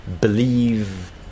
believe